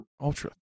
Ultra